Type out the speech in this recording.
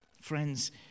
Friends